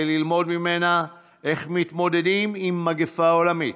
ללמוד ממנה איך מתמודדים עם מגפה עולמית,